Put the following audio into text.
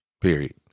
Period